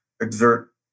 exert